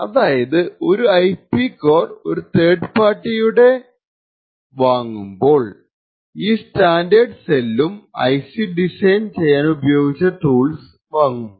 അതായത് ഒരു IP core ഒരു തേർഡ് പാർട്ടിയുടെ വാങ്ങുമ്പോൾ ഈ സ്റ്റാൻഡേർഡ് സെല്ലും IC ഡിസൈൻ ചെയ്യാനുപയോഗിച്ച ടൂൾസ് വാങ്ങുന്നു